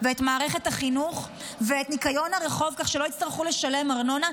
ואת מערכת החינוך ואת ניקיון הרחוב כך שלא יצטרך לשלם ארנונה.